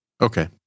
Okay